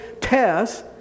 tests